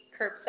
curbside